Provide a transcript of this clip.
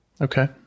Okay